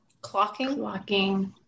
Clocking